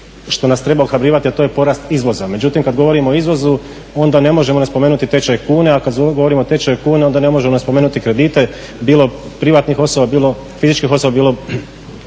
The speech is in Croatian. što nas treba ohrabrivati, a to je porast izvoza. Međutim, kada govorimo o izvozu, onda ne možemo ne spomenuti tečaj kune, a kad govorimo o tečaju kune onda ne možemo ne spomenuti kredite, bilo privatnih osoba, bilo fizičkih osoba, bilo